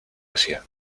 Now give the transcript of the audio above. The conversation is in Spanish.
asia